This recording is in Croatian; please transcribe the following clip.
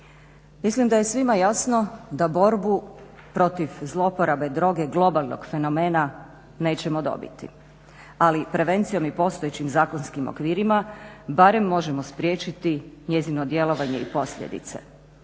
Mislim da je svima jasno da borbu protiv zlouporabe droge globalnog fenomena nećemo dobiti. Ali prevencijom i postojećim zakonskim okvirima barem možemo spriječiti njezino djelovanje i posljedice.